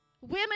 women